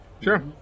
Sure